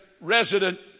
resident